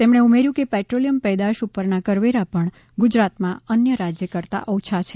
તેમણે ઉમેર્યું છે કે પેટ્રોલિયમ પેદાશ ઉપરના કરવેરા પણ ગુજરાતમાં અન્ય રાજ્ય કરતાં ઓછા છે